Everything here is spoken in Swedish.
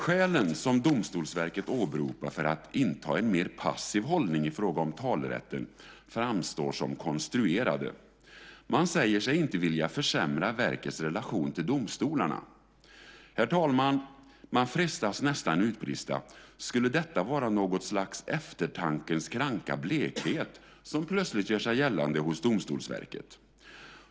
Skälen som Domstolsverket åberopar för att inta en mer passiv hållning i fråga om talerätten framstår som konstruerade. Man säger sig inte vilja försämra verkets relation till domstolarna. Herr talman! Man frestas nästan att utbrista: Skulle detta vara något slags eftertankens kranka blekhet som plötsligt gör sig gällande hos Domstolsverket?